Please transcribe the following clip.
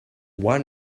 why